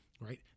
right